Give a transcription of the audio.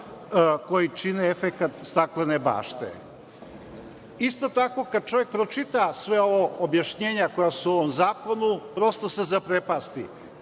koji čine efekat staklene bašte. Isto tako, kada čovek pročita sva ova objašnjenja koja su u ovom zakonu prosto se zaprepasti.